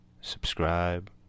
subscribe